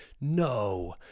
No